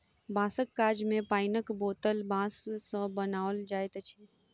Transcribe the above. बाँसक काज मे पाइनक बोतल बाँस सॅ बनाओल जाइत अछि